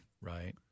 Right